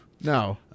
No